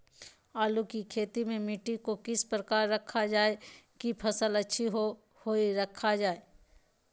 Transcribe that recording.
आलू की खेती में मिट्टी को किस प्रकार रखा रखा जाए की फसल अच्छी होई रखा जाए?